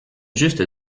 juste